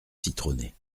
citronnée